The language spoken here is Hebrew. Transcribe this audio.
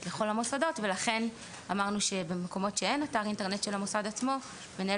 לכל המוסדות ולכן אמרנו שבמקומות שאין אתר אינטרנט של המוסד עצמו מנהל